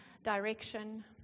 direction